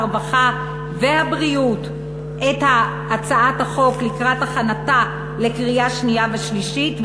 הרווחה והבריאות את הצעת החוק לקראת הכנתה לקריאה שנייה ושלישית,